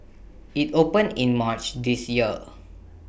IT opened in March this year